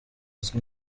azwi